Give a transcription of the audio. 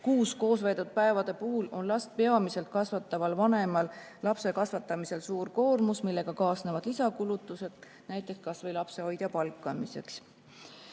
koos veedetud päevade puhul on last peamiselt kasvataval vanemal lapse kasvatamisel suur koormus, millega kaasnevad lisakulutused, näiteks kasvõi lapsehoidja palkamiseks.